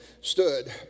stood